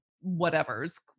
whatever's